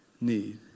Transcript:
need